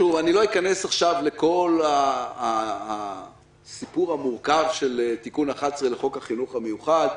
לא אכנס עכשיו לכל הסיפור המורכב של תיקון 11 לחוק החינוך המיוחד,